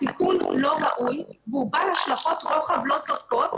התיקון לא ראוי והוא בעל השלכות רוחב לא צודקות.